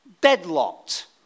deadlocked